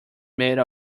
made